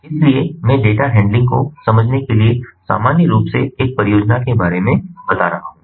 इसलिए मैं data handling को समझने के लिए सामान्य रूप से एक परियोजना के बारे में बात कर रहा हूं